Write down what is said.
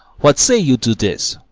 what say you to this?